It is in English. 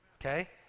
okay